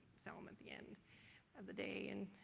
film at the end of the day. and